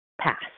Pass